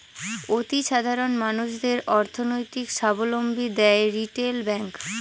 অতি সাধারণ মানুষদের অর্থনৈতিক সাবলম্বী দেয় রিটেল ব্যাঙ্ক